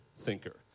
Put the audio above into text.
Thinker